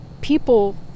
people